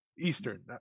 Eastern